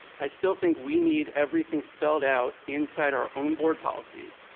i still think we need everything spelled out, inside our own board policies.